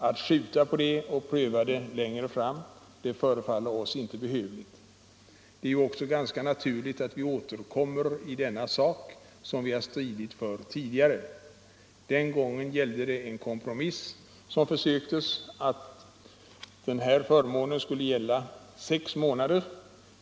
Att skjuta på den och pröva den längre fram förefaller inte behövligt. Det är också ganska naturligt att vi motionärer återkommer i denna sak, som vi har stridit för tidigare. Förra gången försöktes en kompromiss, dvs. att denna förmån skulle gälla sex månader.